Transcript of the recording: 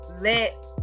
Let